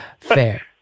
Fair